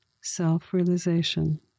self-realization